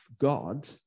god